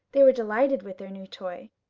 they were delighted with their new toy,